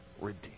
redeem